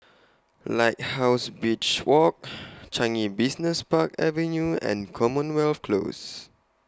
Lighthouse Beach Walk Changi Business Park Avenue and Commonwealth Close